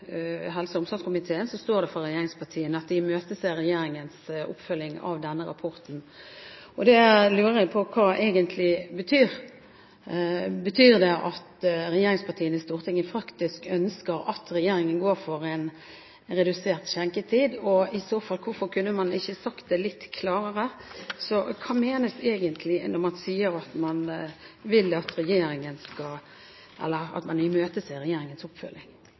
helse- og omsorgskomiteen sier regjeringspartiene at de «imøteser regjeringens oppfølging av denne rapporten». Jeg lurer på hva det egentlig betyr. Betyr det at regjeringspartiene i Stortinget faktisk ønsker at regjeringen går for en redusert skjenketid? I så fall – hvorfor kunne man ikke sagt det litt klarere? Hva menes egentlig når man sier at man imøteser regjeringens oppfølging?